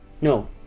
No